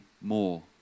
more